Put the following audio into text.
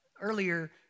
earlier